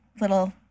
little